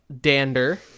Dander